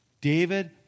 David